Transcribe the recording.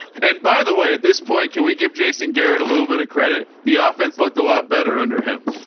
and by the way, at this point, can we give jason garrett a little bit of credit? the offense looked a lot better under him.